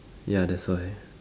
ya that's why